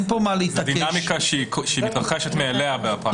דינמיקה שמתרחשת מאליה בפרקטיקה.